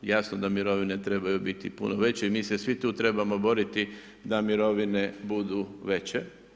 Jasno da mirovine trebaju biti puno veće i mi se svi tu trebamo boriti da mirovine budu veće.